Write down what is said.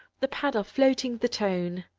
the pedal floating the tone.